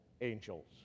angels